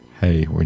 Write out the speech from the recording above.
hey